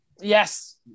Yes